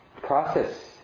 process